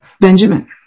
Benjamin